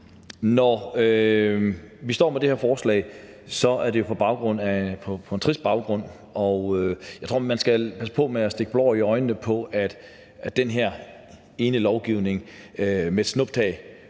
Når vi står med det her forslag, er det jo på en trist baggrund, og jeg tror, man skal passe på med at stikke blår i øjnene, med hensyn til at den her ene lovgivning med et snuptag